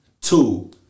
Two